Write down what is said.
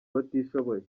abatishoboye